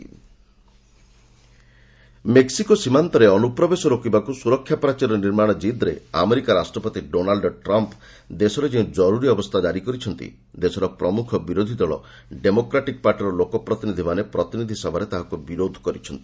politics US Mexico ସୀମାନ୍ତରେ ଅନୁପ୍ରବେଶ ରୋକିବାକୁ ସୁରକ୍ଷା ପ୍ରାଚୀର ନିର୍ମାଣ ଜିଦ୍ରେ ଆମେରିକା ରାଷ୍ଟ୍ରପତି ଡୋନାଲ୍ଡ୍ ଟ୍ରମ୍ପ୍ ଦେଶରେ ଯେଉଁ ଜରୁରୀ ଅବସ୍ଥା ଜାରି କରିଛନ୍ତି ଦେଶର ପ୍ରମୁଖ ବିରୋଧୀ ଦଳ ଡେମୋକ୍ରାଟିକ୍ ପାର୍ଟିର ଲୋକ ପ୍ରତିନିଧିମାନେ ପ୍ରତିନିଧି ସଭାରେ ତାହାକୁ ବିରୋଧ କରିଛନ୍ତି